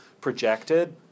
projected